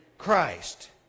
Christ